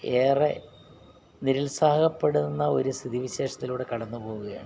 ഏറെ നിരുത്സാഹപ്പെടുന്ന ഒരു സ്ഥിതി വിശേഷത്തിലൂടെ കടന്നുപോവുകയാണ്